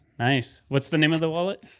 nice, what's the name of the wallet?